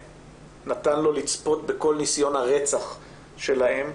נתן לו לצפות בכל ניסיון הרצח של האם.